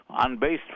unbased